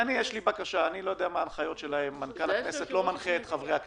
יושב-ראש הכנסת --- מנכ"ל הכנסת לא מנחה את חברי הכנסת.